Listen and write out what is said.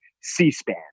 C-SPAN